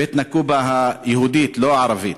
בית-נקופה היהודית, לא הערבית.